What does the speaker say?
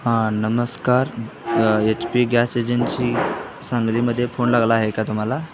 हां नमस्कार H P gas agency सांगलीमध्ये फोन लागला आहे का तुम्हाला